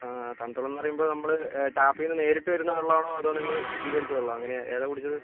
ആ തണുത്ത വെള്ളം എന്ന് പറയുമ്പോൾ നമ്മൾ ടാപ്പിൽ നിന്ന് നേരിട്ട് വരുന്ന വെള്ളം ആണോ അതോ നിങ്ങൾ ശുദ്ധീകരിച്ച വെള്ളം അങ്ങനെ ഏതാണ് കുടിച്ചത്